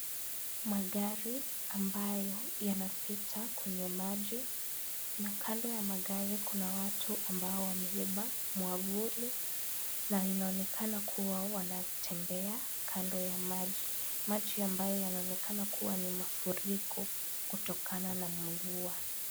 Magari ambayo yanapita kwenye maji na kando ya magari kuna watu ambao wamebeba mwavuli na inaonekana kuwa wanatembea kando ya maji, maji ambayo yanaonekana kuwa ni mafuriko kutokana na mvua.